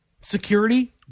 security